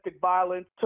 violence